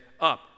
up